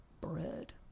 bread